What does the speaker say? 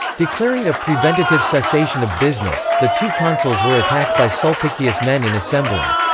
declaring a preventative cessation of business, the two consuls were attacked by sulpicius' men in assembly.